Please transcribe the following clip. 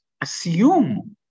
assume